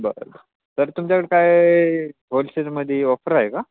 बरं ब तर तुमच्याकडे काय होलसेलमध्ये ऑफर आहे का